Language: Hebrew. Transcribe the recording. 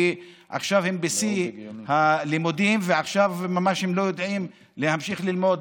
כי עכשיו הם בשיא הלימודים ועכשיו ממש לא יודעים: להמשיך ללמוד,